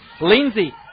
Lindsay